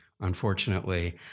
unfortunately